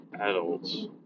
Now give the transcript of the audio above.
adults